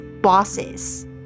bosses